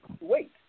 wait